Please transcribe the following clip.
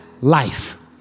life